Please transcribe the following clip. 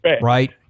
right